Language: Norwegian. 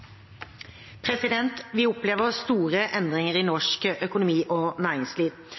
Vi opplever store endringer i norsk økonomi og næringsliv.